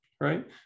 right